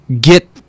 get